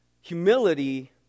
Humility